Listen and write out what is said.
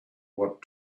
what